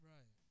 Right